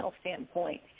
standpoint